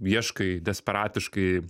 ieškai desperatiškai